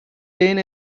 lane